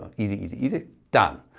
easy, easy, easy, done.